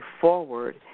forward